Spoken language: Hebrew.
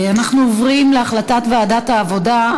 אנחנו עוברים להחלטת ועדת העבודה,